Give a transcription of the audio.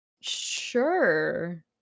Sure